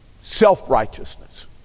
Self-righteousness